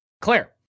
Claire